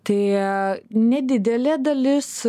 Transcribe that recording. tai nedidelė dalis